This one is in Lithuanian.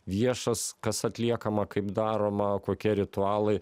viešas kas atliekama kaip daroma kokie ritualai